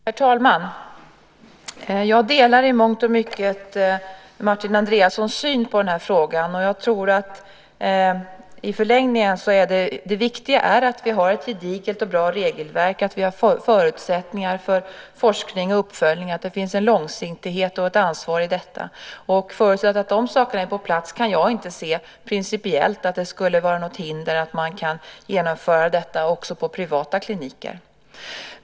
Herr talman! Jag delar i mångt och mycket Martin Andreassons syn på den här frågan. Det viktiga är att vi har ett gediget och bra regelverk, att vi har förutsättningar för forskning och uppföljning och att det finns en långsiktighet och ett ansvar i detta. Förutsatt att de sakerna är på plats kan jag inte se, principiellt, att det skulle finnas något hinder mot att genomföra detta också på privata kliniker.